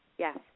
Yes